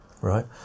right